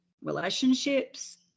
relationships